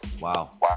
Wow